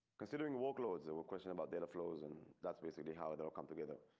considering workloads there were question about data flows and that's basically how it will come together.